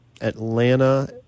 Atlanta